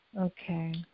Okay